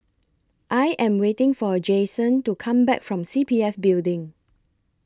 I Am waiting For Jayson to Come Back from C P F Building